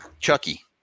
Chucky